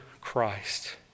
Christ